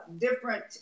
different